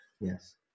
Yes